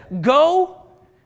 go